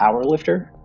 powerlifter